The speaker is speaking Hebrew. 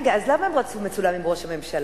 רגע, אז למה הם רצו מצולם עם ראש הממשלה?